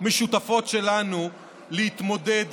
משותפות שלנו להתמודד